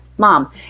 mom